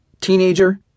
teenager